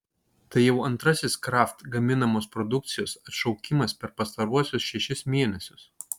tai jau antrasis kraft gaminamos produkcijos atšaukimas per pastaruosius šešis mėnesius